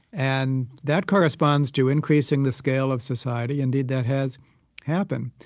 and that corresponds to increasing the scale of society. indeed, that has happened.